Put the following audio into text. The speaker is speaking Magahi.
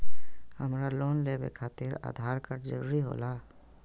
हमरा लोन लेवे खातिर आधार कार्ड जरूरी होला?